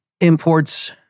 imports